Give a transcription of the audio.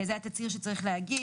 זה התצהיר שצריך להגיש.